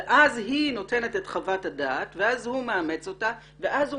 ואז היא נותנת את חוות הדעת ואז הוא מאמץ אותה ואז הוא